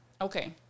okay